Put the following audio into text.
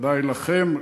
ודאי לכם.